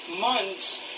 months